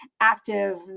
active